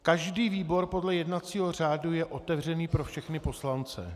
Každý výbor podle jednacího řádu je otevřený pro všechny poslance.